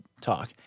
talk